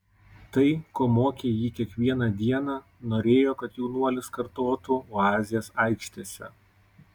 tai ko mokė jį kiekvieną dieną norėjo kad jaunuolis kartotų oazės aikštėse